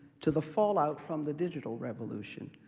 to the fallout from the digital revolution,